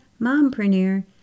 mompreneur